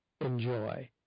enjoy